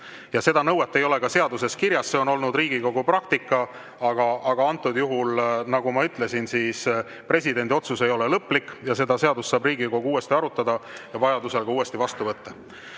Seda nõuet ei ole ka seaduses kirjas, see on olnud Riigikogu praktika. Aga antud juhul, nagu ma ütlesin, presidendi otsus ei ole lõplik ja seda seadust saab Riigikogu uuesti arutada ja vajaduse korral selle ka